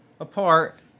apart